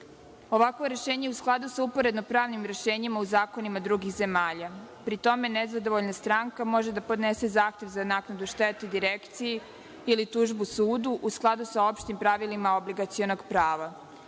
rešenje je u skladu sa uporedno pravnim rešenjima u zakonima drugih zemalja. Pri tome, nezadovoljna stranka može da podnese zahtev za naknadu štete Direkciji ili tužbu sudu u skladu sa opštim pravilima obligacionog prava.